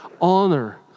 Honor